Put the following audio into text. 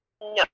No